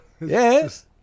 Yes